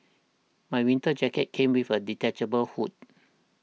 my winter jacket came with a detachable hood